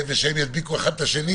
והם ידביקו אחד את השני.